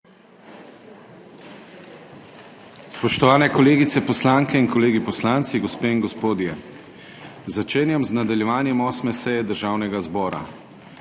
Spoštovani kolegice poslanke in kolegi poslanci, gospe in gospodje! Začenjam z nadaljevanjem 8. seje Državnega zbora.